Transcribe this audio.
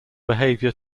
behavior